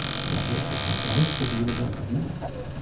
that appear to account for most of the universe's mass.